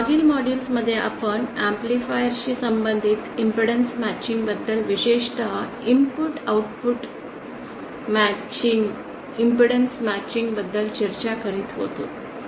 मागील मॉड्यूल्समध्ये आपण ऍम्प्लिफायर शी संबंधित इम्पेडन्स मॅचिंग बद्दल विशेषत इनपुट आणि output impedance matching input output impdance matching बद्दल चर्चा करीत होतो